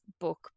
book